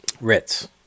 Ritz